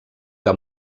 que